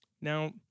Now